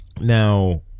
Now